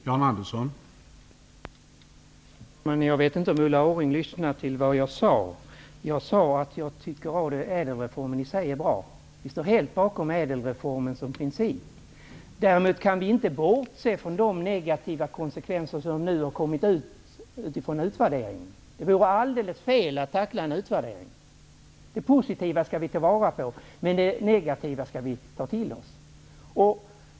Herr talman! Jag vet inte om Ulla Orring lyssnade till vad jag sade. Jag sade att jag tycker att ÄDEL reformen är bra i sig. Vi socialdemokrater står helt bakom ÄDEL-reformen som princip. Vi kan däremot inte bortse från de negativa konsekvenser som har kommit fram i utvärderingen. Det vore alldeles fel att tackla en utvärdering så. Vi skall ta vara på det positiva, och vi skall ta det negativa till oss.